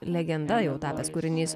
legenda jau tapęs kūrinys